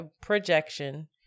projection